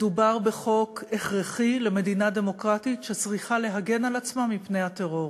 מדובר בחוק הכרחי למדינה דמוקרטית שצריכה להגן על עצמה מפני הטרור.